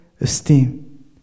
esteem